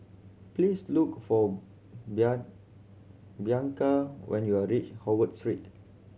please look for Bianca when you are reach Howard